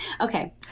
Okay